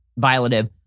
violative